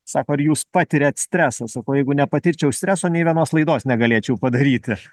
sako ar jūs patiriat stresą sakau jeigu nepatirčiau streso nei vienos laidos negalėčiau padaryti